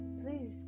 please